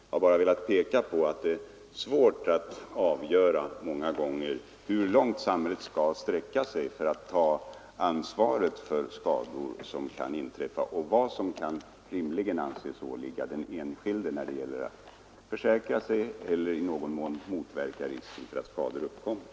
Jag har bara velat peka på att det många gånger är svårt att avgöra hur långt samhället skall sträcka sig för att ta ansvaret för skador som kan inträffa och vad som rimligen kan anses åvila den enskilde när det gäller att försäkra sig eller att motverka risken för att skador uppkommer.